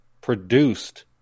produced